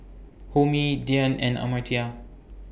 Homi Dhyan and Amartya